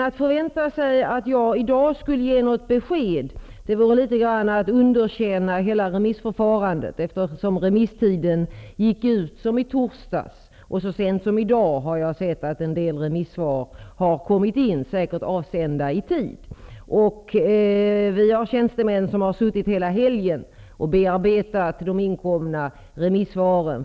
Att förvänta sig att jag i dag skulle kunna ge ett besked vore litet grand att underkänna hela remissförfarandet, eftersom remisstiden gick ut i torsdags. Så sent som i dag har en del remissvar kommit in som säkert avsänts i tid. Departementets tjänstemän har hela helgen bearbetat de inkomna remissvaren.